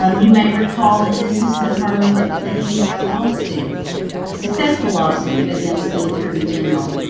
um you may recall that this is the firm that that handled our lawsuit a successful lawsuit against the attorney general.